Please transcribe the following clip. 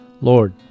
Lord